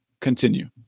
continue